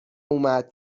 اومد